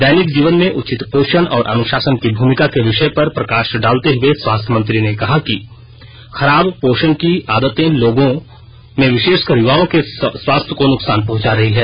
दैनिक जीवन में उचित पोषण और अनुशासन की भूमिका के विषय पर प्रकाश डालते हुए स्वास्थ्य मंत्री ने कहा कि खराब पोषण की आदते लोगों विशेषकर युवाओं के स्वास्थ्य को नुकसान पहुंचा रही हैं